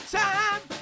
time